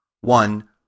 One